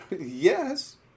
Yes